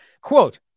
quote